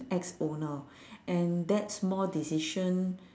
ex-owner and that small decision